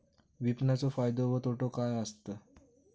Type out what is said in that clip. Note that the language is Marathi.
विपणाचो फायदो व तोटो काय आसत?